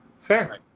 Fair